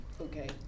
Okay